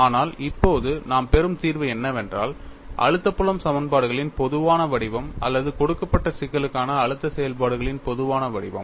ஆனால் இப்போது நாம் பெறும் தீர்வு என்னவென்றால் அழுத்த புலம் சமன்பாடுகளின் பொதுவான வடிவம் அல்லது கொடுக்கப்பட்ட சிக்கலுக்கான அழுத்த செயல்பாடுகளின் பொதுவான வடிவம்